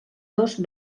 dos